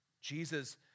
Jesus